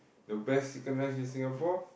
the best chicken rice in Singapore